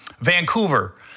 Vancouver